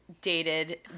dated